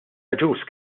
agius